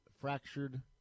fractured